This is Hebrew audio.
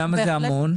למה זה המון?